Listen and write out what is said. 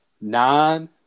nine